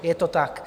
Je to tak.